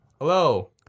Hello